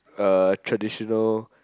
uh traditional